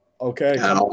Okay